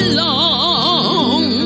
long